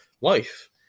life